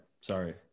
Sorry